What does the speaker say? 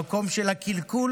במקום של הקלקול,